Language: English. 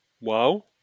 Wow